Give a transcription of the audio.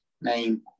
name